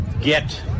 get